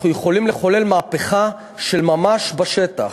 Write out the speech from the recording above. אנחנו יכולים לחולל מהפכה של ממש בשטח.